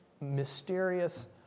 mysterious